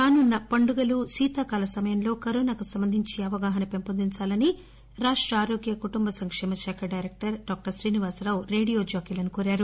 రానున్న పండుగల శీతాకాల సమయంలో కరోనాకు సంబంధించి అవగాహన పెంపొందించాలని రాష్ట ఆరోగ్య కుటుంబ సంకేమ శాఖ డైరెక్టర్ డాక్టర్ శ్రీనివాసరావు రేడియో జాకీలను కోరారు